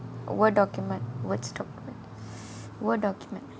Word document Words document Word document